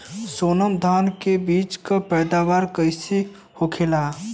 सोनम धान के बिज के पैदावार कइसन होखेला?